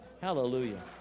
Hallelujah